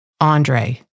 Andre